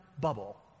bubble